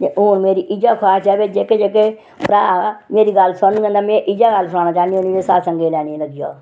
ते हून मेरी इ'यै ख्वाहिश ऐ कि जेह्के जेह्के भ्राऽ मेरी गल्ल सुनङन ते में इयै गल्ल सनाना चाह्न्नीं कि सत्संगें ई लग्गी जाओ